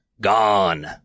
gone